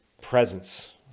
presence